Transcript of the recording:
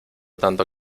tanto